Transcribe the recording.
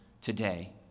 today